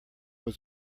was